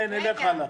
ונלך הלאה.